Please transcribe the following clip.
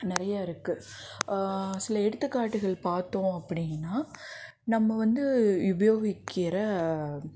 நிறையா இருக்கும் சில எடுத்துக்காட்டுகள் பார்த்தோம் அப்படின்னா நம்ம வந்து உபயோகிக்கிற